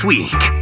Week